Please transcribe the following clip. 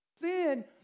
sin